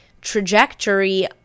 trajectory